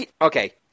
Okay